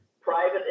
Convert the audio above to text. private